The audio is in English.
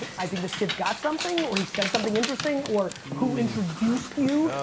i think this kid's got something. or he said something interesting or who introduced you.